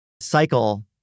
cycle